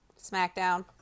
SmackDown